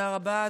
תודה רבה.